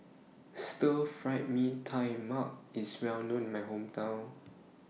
Stir Fried Mee Tai Mak IS Well known in My Hometown